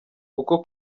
kuko